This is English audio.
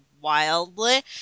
wildly